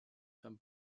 femme